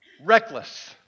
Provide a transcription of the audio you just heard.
Reckless